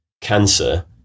cancer